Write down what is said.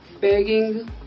begging